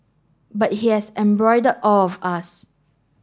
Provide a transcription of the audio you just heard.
but it has embroiled all of us